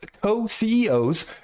co-CEOs